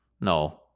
No